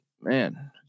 man